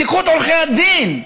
תיקחו את עורכי הדין,